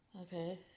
Okay